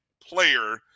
player